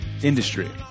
industry